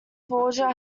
forger